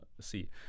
see